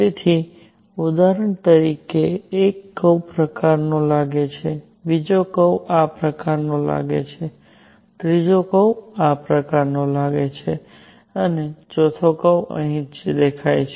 તેથી ઉદાહરણ તરીકે એક કર્વ પ્રકારનો લાગે છે બીજો કર્વ આ પ્રકારનો લાગે છે ત્રીજો કર્વ આ પ્રકારનો લાગે છે અને ચોથો કર્વ અહીં જ દેખાય છે